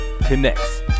Connects